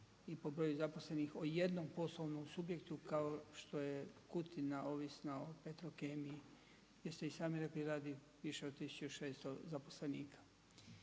i po broju zaposlenih o jednom poslovnom subjektu kao što je Kutina ovisna o Petrokemiji jer ste i sami rekli, radi više od 1600 zaposlenika.